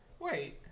Wait